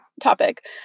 topic